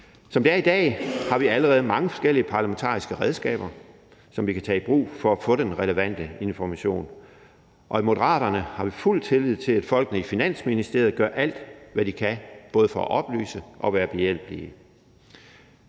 Som det er i dag, har vi allerede mange forskellige parlamentariske redskaber, som vi kan tage i brug for at få den relevante information, og i Moderaterne har vi fuld tillid til, at folkene i Finansministeriet gør alt, hvad de kan, for både at oplyse og være behjælpelige.